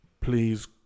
Please